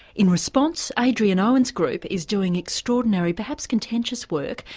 in response, adrian owen's group is doing extraordinary, perhaps contentious work,